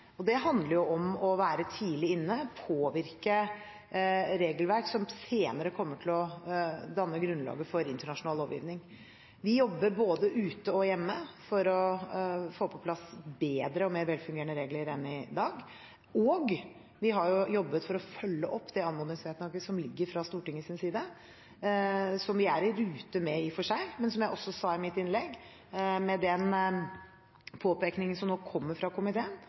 Det handler om å være tidlig inne og påvirke regelverk som senere kommer til å danne grunnlaget for internasjonal lovgivning. Vi jobber både ute og hjemme for å få på plass bedre og mer velfungerende regler enn i dag, og vi har jobbet for å følge opp det anmodningsvedtaket som ligger fra Stortingets side, som vi er i rute med i og for seg. Men som jeg også sa i mitt innlegg: Med den påpekningen som nå kommer fra komiteen,